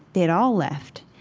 they had all left.